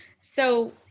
So-